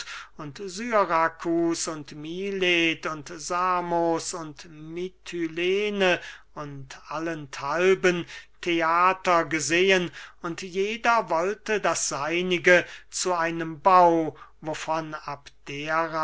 und syrakus und milet und samos und mitylene und allenthalben theater gesehen und jeder wollte das seinige zu einem bau wovon abdera